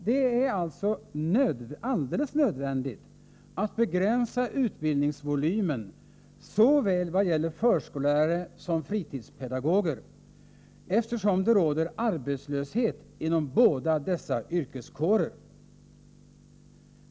Det är alltså alldeles nödvändigt att begränsa utbildningsvolymen vad gäller såväl förskollärare som fritidspedagoger, eftersom det råder arbetslöshet inom båda dessa yrkeskårer.